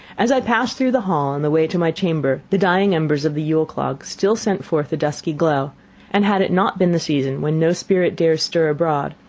as i passed through the hall, on the way to my chamber, the dying embers of the yule-clog still sent forth a dusky glow and had it not been the season when no spirit dares stir abroad,